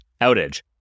outage